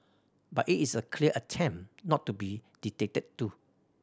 but it's a clear attempt not to be dictated to